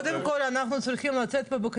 קודם כול אנחנו צריכים לצאת פה בוועדה